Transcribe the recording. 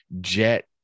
jet